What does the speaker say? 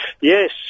Yes